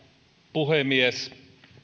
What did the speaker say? puhemies